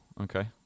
okay